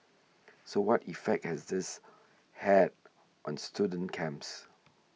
so what effect has this had on student camps